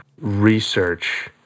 research